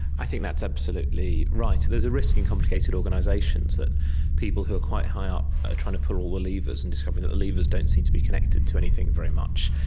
i think that's absolutely right. there is a risk in complicated organisations that people who are quite high up are trying to pull all the levers and discover that the levers don't seem to be connected to anything very much.